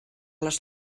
les